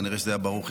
כנראה זה היה ברוכי.